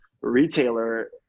retailer